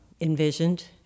envisioned